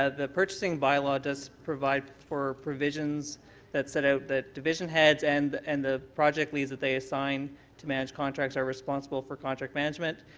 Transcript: ah the purchasng bylaw does provide for provisions that set out that division heads and the and the project leads that they assign to manage contracts are responsible for contract management.